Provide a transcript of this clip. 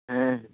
হ্যাঁ